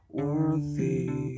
worthy